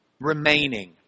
Remaining